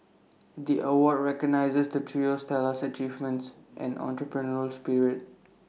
the award recognises the trio's stellar achievements and entrepreneurial spirit